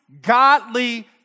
godly